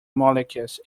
molecules